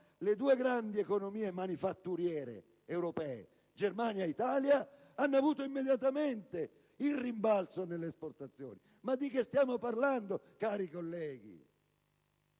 le due grandi economie manifatturiere europee, Germania e Italia, hanno avuto immediatamente il rimbalzo nelle esportazioni. Ma di che stiamo parlando, cari colleghi?